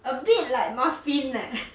a bit like muffin eh